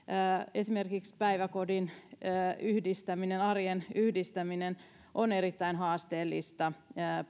esimerkiksi päiväkotiin viemisen yhdistäminen arjen yhdistäminen on erittäin haasteellista